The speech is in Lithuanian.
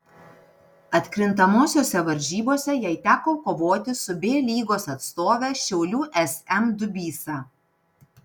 atkrintamosiose varžybose jai teko kovoti su b lygos atstove šiaulių sm dubysa